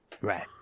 Right